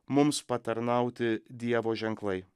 mums patarnauti dievo ženklai